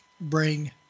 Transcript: bring